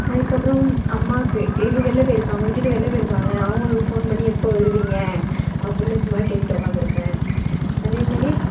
அதுக்கப்புறம் அம்மாவுக்கு எங்கே வெளில போயிருப்பாங்க விட்டுவிட்டு வெளில போயிருப்பாங்க அவங்களுக்கு ஃபோன் பண்ணி எப்போ வருவீங்க அப்பிடின்னு சும்மா கேட்டுகிட்டு உட்காந்துருப்பேன் அதேமாரி